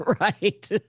Right